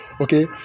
okay